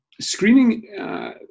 Screening